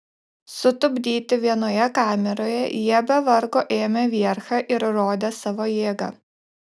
sutupdyti vienoje kameroje jie be vargo ėmė vierchą ir rodė savo jėgą